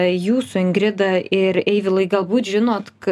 jūsų ingrida ir eivilai galbūt žinot k